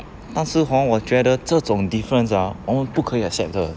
但是 hor 我觉得这种 difference ah 我们不可以 accept 的